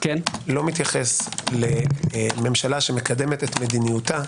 לא מתייחס לממשלה שמקדמת את מדיניותה,